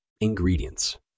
Ingredients